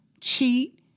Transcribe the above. cheat